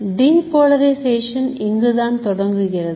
Depolarization இங்குதான் தொடங்குகிறது